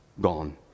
Gone